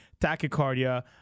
tachycardia